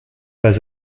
pas